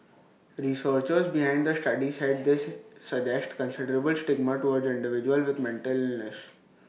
researchers behind the study said this suggests considerable stigma towards individuals with mental illness